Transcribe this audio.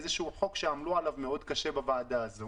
איזשהו חוק שעמלו עליו מאוד קשה בוועדה הזאת